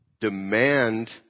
demand